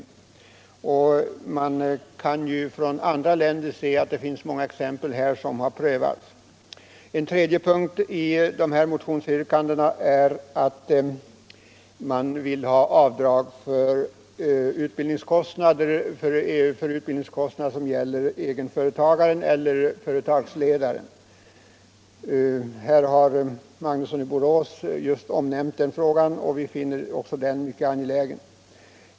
I andra länder kan man finna exempel på olika metoder som har prövats. En tredje punkt i motionsyrkandena gäller avdragsrätt för utbildningskostnader för egenföretagaren eller företagsledaren. Herr Magnusson i Borås har berört den frågan, och vi finner också den mycket angelägen.